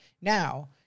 now